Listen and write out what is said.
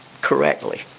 correctly